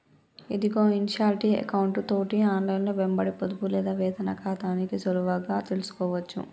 ఇదిగో ఇన్షాల్టీ ఎకౌంటు తోటి ఆన్లైన్లో వెంబడి పొదుపు లేదా వేతన ఖాతాని సులువుగా తెలుసుకోవచ్చు